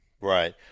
Right